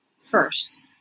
First